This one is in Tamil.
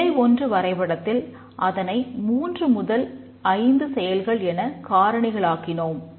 நிலை 1 வரைபடத்தில் அதனை மூன்று முதல் ஐந்து செயல்கள் என காரணிகள் ஆக்கினோம்